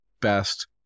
best